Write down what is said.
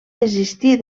desistir